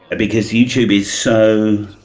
because youtube is so.